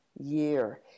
year